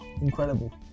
Incredible